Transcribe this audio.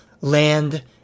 land